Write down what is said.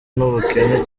n’ubukene